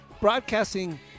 broadcasting